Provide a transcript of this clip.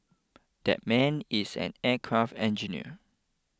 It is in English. that man is an aircraft engineer